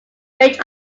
range